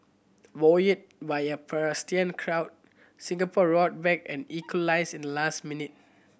buoyed by a partisan crowd Singapore roared back and equalized in the last minute